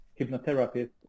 hypnotherapist